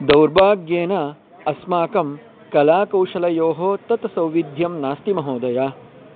दौर्भाग्येन अस्माकं कलाकौशलयोः तत् सौविध्यं नास्ति महोदया